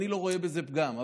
אני לא רואה בזה פגם.